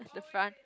the front